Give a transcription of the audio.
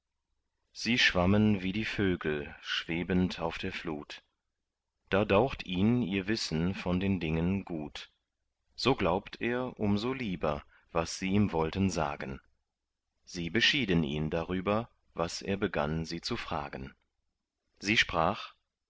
sie schwammen wie die vögel schwebend auf der flut da daucht ihn ihr wissen von den dingen gut so glaubt er um so lieber was sie ihm wollten sagen sie beschieden ihn darüber was er begann sie zu fragen sie sprach